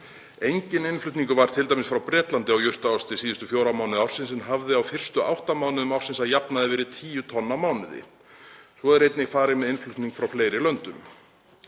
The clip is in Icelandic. Enginn innflutningur var t.d. frá Bretlandi á jurtaosti síðustu fjóra mánuði ársins en hafði á fyrstu átta mánuðum ársins að jafnaði verið tíu tonn á mánuði. Svo er einnig farið með innflutning frá fleiri löndum.